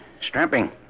strapping